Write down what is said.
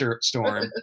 storm